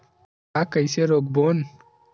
ला कइसे रोक बोन?